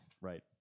right